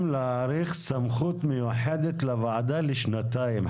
להאריך סמכות מיוחדת לוועדה לשנתיים,